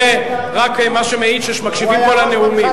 זה רק מה שמעיד שמקשיבים פה לנאומים.